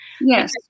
Yes